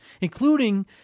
Including